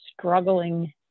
struggling